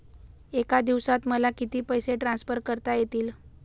एका दिवसात मला किती पैसे ट्रान्सफर करता येतील?